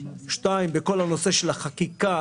שניים בכל הנושא של החקיקה,